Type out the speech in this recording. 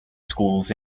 schools